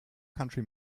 country